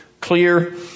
clear